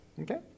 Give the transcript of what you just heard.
Okay